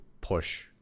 push